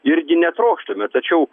irgi netrokštame tačiau